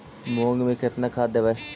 मुंग में केतना खाद देवे?